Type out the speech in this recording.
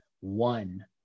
One